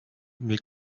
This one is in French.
mes